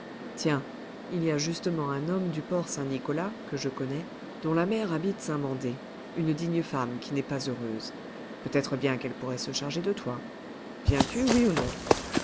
tiens il y a justement un homme du port saint-nicolas que je connais dont la mère habite saint-mandé une digne femme qui n'est pas heureuse peut-être bien qu'elle pourrait se charger de toi viens-tu oui ou non